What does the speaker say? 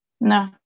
no